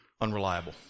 unreliable